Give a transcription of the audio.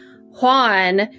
Juan